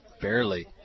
barely